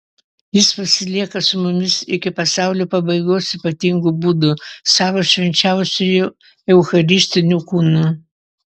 jis pasilieka su mumis iki pasaulio pabaigos ypatingu būdu savo švenčiausiuoju eucharistiniu kūnu